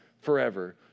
forever